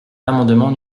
l’amendement